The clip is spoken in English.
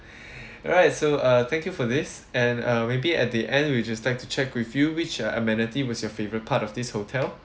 alright so uh thank you for this and uh maybe at the end we just like to check with you which uh amenity was your favorite part of this hotel